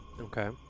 Okay